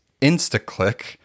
InstaClick